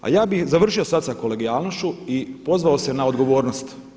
A ja bih završio sada sa kolegijalnošću i pozvao se na odgovornost.